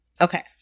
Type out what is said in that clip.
Okay